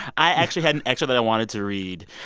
i actually had an excerpt that i wanted to read.